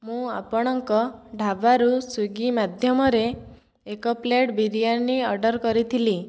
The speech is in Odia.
ମୁଁ ଆପଣଙ୍କ ଢ଼ାବାରୁ ସ୍ବିଗି ମାଧ୍ୟମରେ ଏକ ପ୍ଲେଟ ବିରିୟାନୀ ଅର୍ଡର କରିଥିଲି